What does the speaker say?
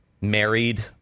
Married